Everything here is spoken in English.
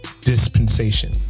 dispensation